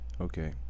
Okay